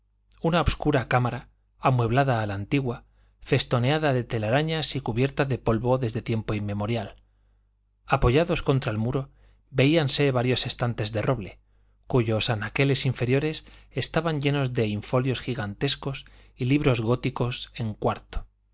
una obscura cámara amueblada a la antigua festoneada de telarañas y cubierta de polvo desde tiempo inmemorial apoyados contra el muro veíanse varios estantes de roble cuyos anaqueles inferiores estaban llenos de infolios gigantescos y libros góticos en cuarto